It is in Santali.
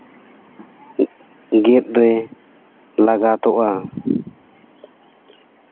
ᱜᱮᱫ ᱨᱮ ᱞᱟᱜᱟᱛᱚᱜᱼᱟ